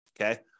Okay